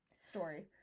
story